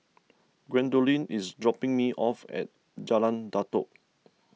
Gwendolyn is dropping me off at Jalan Datoh